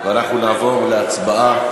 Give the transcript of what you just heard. ואנחנו נעבור להצבעה.